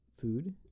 food